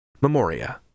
Memoria